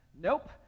Nope